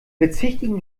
bezichtigen